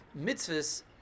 mitzvahs